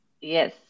Yes